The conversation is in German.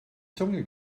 zunge